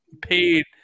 paid